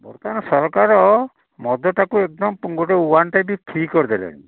ବର୍ତ୍ତମାନ ସରକାର ମଦଟାକୁ ଏକଦମ୍ ଗୋଟେ ୱାନ୍ ଟାଇପ୍ ଫ୍ରି କରିଦେଲେଣି